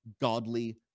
godly